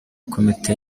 komite